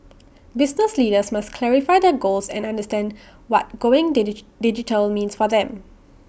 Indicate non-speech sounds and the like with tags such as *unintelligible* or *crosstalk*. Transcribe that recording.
business leaders must clarify their goals and understand what going *unintelligible* digital means for them